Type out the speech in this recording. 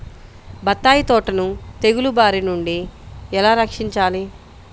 బత్తాయి తోటను తెగులు బారి నుండి ఎలా రక్షించాలి?